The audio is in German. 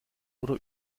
oder